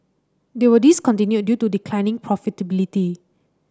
they were discontinued due to declining profitability